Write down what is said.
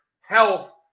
health